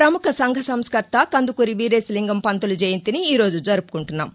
ప్రముఖ సంఘ సంస్కర్త కందుకూరి వీరేశలింగం పంతులు జయంతిని ఈరోజు జరుపుకుంటున్నాం